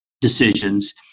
decisions